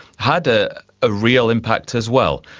had a ah real impact as well.